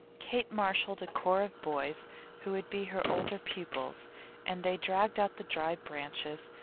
kate marshalled a corps of boys who would be her older pupils and they dragged out the dry branches,